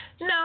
No